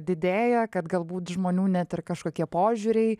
didėja kad galbūt žmonių net ir kažkokie požiūriai